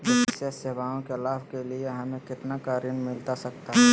विशेष सेवाओं के लाभ के लिए हमें कितना का ऋण मिलता सकता है?